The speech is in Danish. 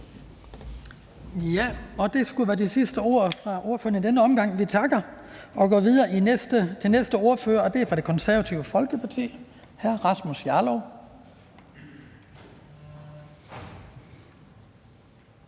være det sidste ord fra ordføreren i denne omgang. Vi takker og går videre til næste ordfører, og det er ordføreren for Det Konservative Folkeparti, hr. Rasmus Jarlov.